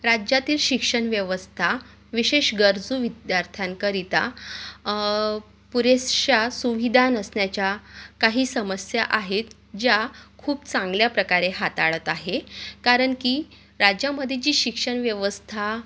राज्यातील शिक्षणव्यवस्था विशेष गरजू विद्यार्थ्यांकरिता पुरेशा सुविधा नसण्याच्या काही समस्या आहेत ज्या खूप चांगल्या प्रकारे हाताळत आहे कारण की राज्यामध्ये जी शिक्षणव्यवस्था